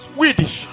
Swedish